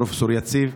פרופ' יציב.